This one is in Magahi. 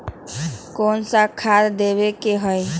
कोन सा खाद देवे के हई?